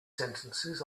sentences